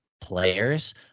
players